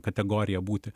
kategorija būti